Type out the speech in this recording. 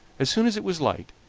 as soon as it was light,